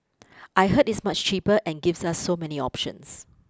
I heard it's much cheaper and gives us so many options